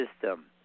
system